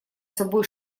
собой